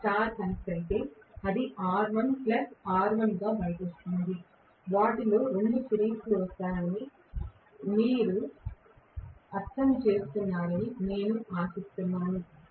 ఇది star connect అయితే అది R1 R1 గా బయటకు వస్తుంది వాటిలో 2 సిరీస్లో వస్తాయని మీరు అర్థం చేసుకున్నారని నేను ఆశిస్తున్నాను